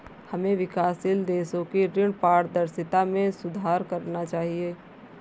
हमें विकासशील देशों की ऋण पारदर्शिता में सुधार करना चाहिए